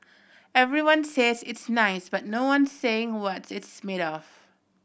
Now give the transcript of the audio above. everyone says it's nice but no one saying what it's made of